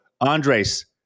Andres